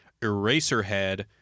Eraserhead